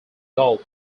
golf